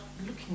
looking